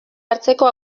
hartzeko